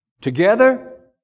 Together